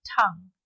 tongue